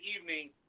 evening